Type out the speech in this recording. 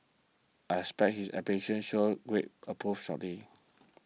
I expect his application should agree approve shortly